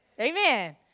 amen